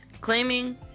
claiming